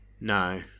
no